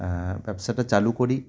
ব্যবসাটা চালু করি